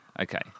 Okay